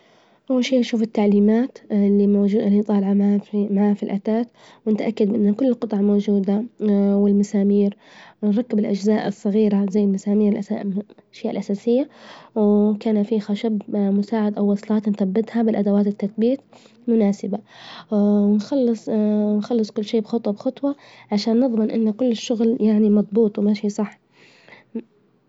أول شي نشوف التعليمات إللي مو- إللي طالعة مع في الأثاث ونتأكد إن كل الجطع موجودة والمسامير، نركب الأجزاء الصغيرة، زي مسامير الأشياء الأساسية، وكان في خشب مساعد أولات نثبتها بأدوات التثبيت المناسبة، ونخلص نخلص كل شي خطوة بخطوة عشان نظمن إن كل الشغل يعني مظبوط وماشي صح.